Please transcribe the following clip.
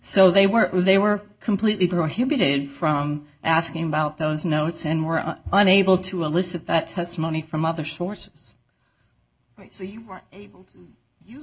so they were they were completely prohibited from asking about those notes and more are unable to elicit that testimony from other sources so